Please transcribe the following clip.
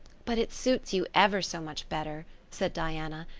but it suits you ever so much better, said diana.